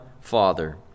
Father